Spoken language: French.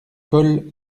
col